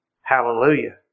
Hallelujah